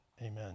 Amen